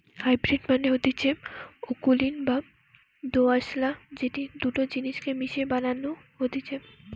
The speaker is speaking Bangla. হাইব্রিড মানে হতিছে অকুলীন বা দোআঁশলা যেটি দুটা জিনিস কে মিশিয়ে বানানো হতিছে